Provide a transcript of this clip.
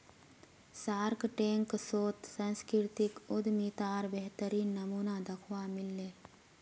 Shark Tank शोत सांस्कृतिक उद्यमितार बेहतरीन नमूना दखवा मिल ले